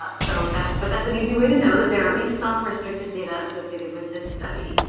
ah so that's, but that's an easy way to know that there are at least some restricted data associated with this study.